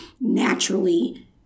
naturally